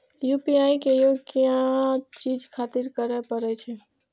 UPI के उपयोग किया चीज खातिर करें परे छे?